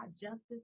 justice